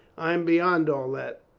i am beyond all that,